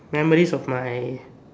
memories of my